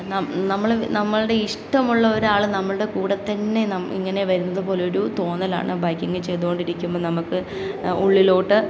ന നമ്മൾ നമ്മളുടെ ഇഷ്ടമുള്ള ഒരാൾ നമ്മളുടെ കൂടെ തന്നെ ന ഇങ്ങനെ വരുന്ന പോലെ ഒരു തോന്നലാണ് ബൈക്കിങ്ങ് ചെയ്തുകൊണ്ടിരിക്കുമ്പോൾ നമുക്ക് ഉള്ളിലോട്ട്